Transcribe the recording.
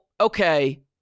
okay